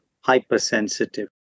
hypersensitive